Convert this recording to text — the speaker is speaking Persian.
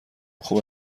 خوب